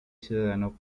ciudadano